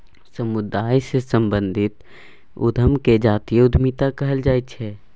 समुदाय सँ संबंधित उद्यम केँ जातीय उद्यमिता कहल जाइ छै